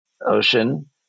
ocean